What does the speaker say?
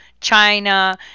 China